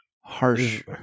harsh